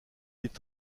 est